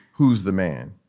who's the man?